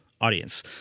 audience